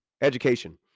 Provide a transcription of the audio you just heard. education